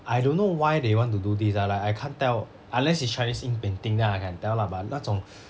I don't know why they want to do this lah like I can't tell unless it's chinese ink painting then I can tell lah but 那种